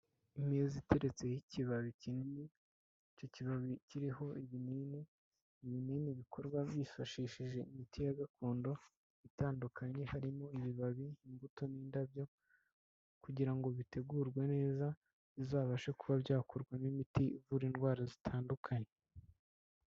Imeza iteretseho ikibabi kinini, icyo kibabi kiriho ibinini, ibinini bikorwa hifashishije imiti ya gakondo itandukanye, harimo ibibabi, imbuto n'indabyo kugira ngo bitegurwe neza bizabashe kuba byakorwamo imiti ivura indwara zitandukanye.